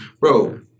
Bro